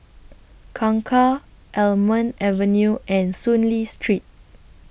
Kangkar Almond Avenue and Soon Lee Street